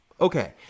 okay